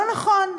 לא נכון,